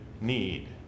need